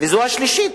וזו השלישית.